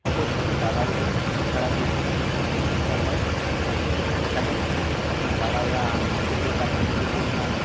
অপরদিকে দালালদের এছাড়াও বেশ কিছু ভাবে শোষণেরও শিকার হয় অনেক ক্ষেত্রে দেখা যায় দালালরা কৃষকদের কাছ থেকে যে পরিমাণ